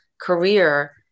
career